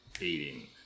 eating